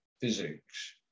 physics